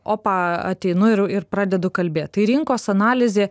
opa ateinu ir ir pradedu kalbėt tai rinkos analizė